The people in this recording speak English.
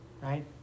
right